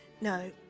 No